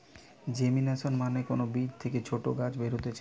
germination মানে কোন বীজ থেকে ছোট গাছ বেরুতিছে